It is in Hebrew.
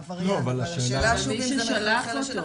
אבל השאלה שוב אם זה מחלחל לשטח.